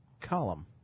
column